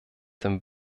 dem